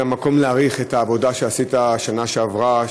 זה המקום להעריך את העבודה שעשית בשנה שעברה,